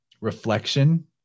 reflection